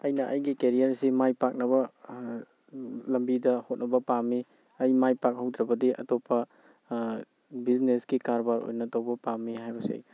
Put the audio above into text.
ꯑꯩꯅ ꯑꯩꯒꯤ ꯀꯦꯔꯤꯌ꯭꯭ꯔꯁꯤ ꯃꯥꯏ ꯄꯥꯛꯅꯕ ꯂꯝꯕꯤꯗ ꯍꯣꯠꯅꯕ ꯄꯥꯝꯃꯤ ꯑꯩ ꯃꯥꯏ ꯄꯥꯛꯍꯧꯗꯔꯕꯗꯤ ꯑꯇꯣꯞꯄ ꯕꯤꯖꯤꯅꯦꯁꯀꯤ ꯀꯔꯕꯥꯔ ꯑꯣꯏꯅ ꯇꯧꯕ ꯄꯥꯝꯃꯤ ꯍꯥꯏꯕꯁꯤ ꯑꯩ ꯍꯥꯏꯅꯤꯡꯏ